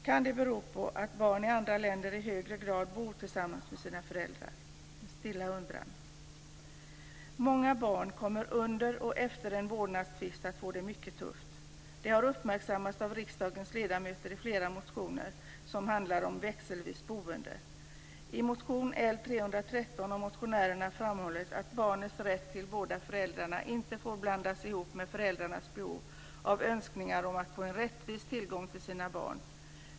Kan det bero på att barn i andra länder i högre grad bor tillsammans med sina föräldrar - en stilla undran? Många barn kommer under och efter en vårdnadstvist att få det mycket tufft. Detta har uppmärksammats av riksdagens ledamöter i flera motioner som handlar om växelvisboende. I motion L313 framhåller motionärerna att barnets rätt till båda föräldrarna inte får blandas ihop med föräldrarnas behov och önskningar om att få "rättvis" tillgång till sina barn.